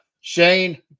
Shane